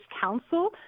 council